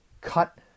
cut